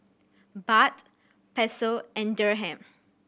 Baht Peso and Dirham